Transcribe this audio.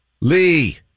Lee